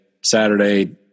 Saturday